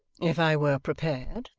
if i were prepared,